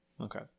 Okay